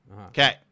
Okay